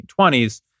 1920s